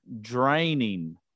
draining